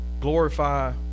glorify